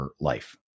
life